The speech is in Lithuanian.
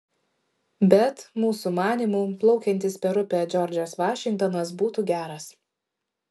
bet mūsų manymu plaukiantis per upę džordžas vašingtonas būtų geras